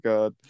God